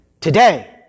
today